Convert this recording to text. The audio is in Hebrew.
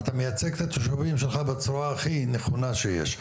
אתה מייצג את התושבים שלך בצורה הכי נכונה שיש.